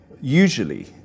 Usually